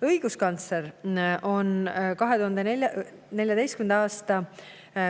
Õiguskantsler on 2014. aasta